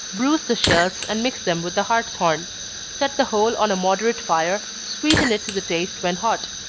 bruise the shells, and mix them with the hartshorn set the whole on a moderate fire sweeten it to the taste when hot.